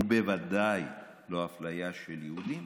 ובוודאי לא אפליה של יהודים,